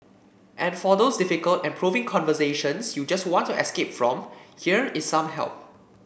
and for those difficult and probing conversations you just want to escape from here is some help